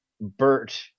Bert